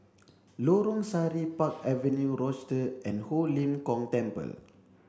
Lorong Sari Park Avenue Rochester and Ho Lim Kong Temple